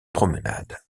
promenades